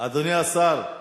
סוייד בנושא: